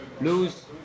lose